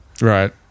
Right